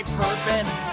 purpose